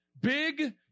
Big